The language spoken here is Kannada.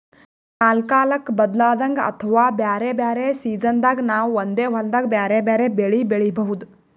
ಕಲ್ಕಾಲ್ ಬದ್ಲಾದಂಗ್ ಅಥವಾ ಬ್ಯಾರೆ ಬ್ಯಾರೆ ಸಿಜನ್ದಾಗ್ ನಾವ್ ಒಂದೇ ಹೊಲ್ದಾಗ್ ಬ್ಯಾರೆ ಬ್ಯಾರೆ ಬೆಳಿ ಬೆಳಿಬಹುದ್